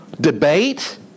debate